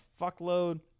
fuckload